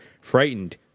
Frightened